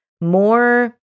more